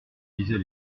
disait